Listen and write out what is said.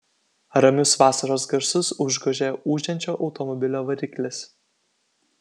ramius vasaros garsus užgožė ūžiančio automobilio variklis